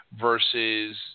versus